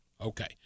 Okay